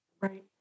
right